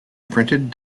printed